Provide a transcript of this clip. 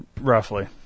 Roughly